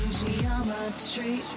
geometry